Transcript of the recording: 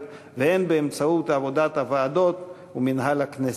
והן באמצעות עבודת הוועדות ומינהל הכנסת.